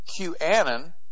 QAnon